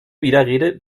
widerrede